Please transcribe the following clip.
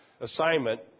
assignment